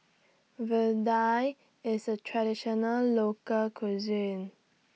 Vadai IS A Traditional Local Cuisine